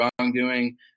wrongdoing